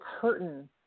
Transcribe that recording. curtain